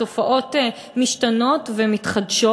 התופעות משתנות ומתחדשות,